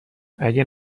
اگه